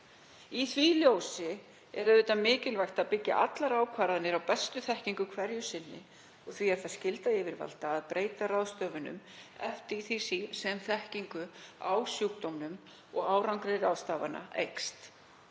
Í því ljósi er mikilvægt að byggja allar ákvarðanir á bestu þekkingu hverju sinni. Því er það skylda yfirvalda að breyta ráðstöfunum eftir því sem þekking eykst á sjúkdómnum og árangri ráðstafana.